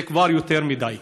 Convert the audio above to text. זה כבר יותר מדי.